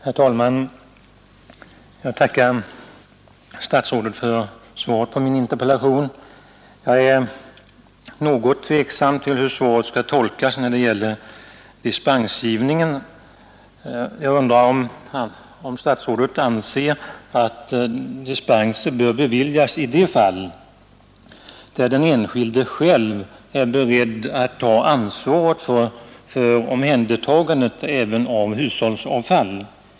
Herr talman! Jag tackar statsrådet för svaret på min interpellation. Jag är tveksam om hur svaret skall tolkas. Jag undrar om statsrådet anser att dispenser bör beviljas i de fall då den enskilde själv är beredd att ta ansvar för omhändertagandet även av hushållsavfall.